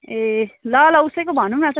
ए ल ल उसैको भनौ न त